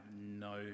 no